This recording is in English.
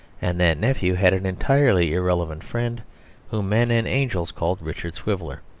and that nephew had an entirely irrelevant friend whom men and angels called richard swiveller.